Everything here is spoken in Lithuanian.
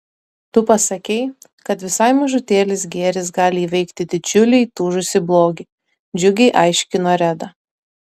tu pasakei kad visai mažutėlis gėris gali įveikti didžiulį įtūžusį blogį džiugiai aiškino reda